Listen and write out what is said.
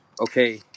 okay